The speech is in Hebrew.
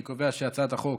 אני קובע שהצעת החוק